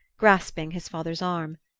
grasping his father's arm.